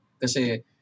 Kasi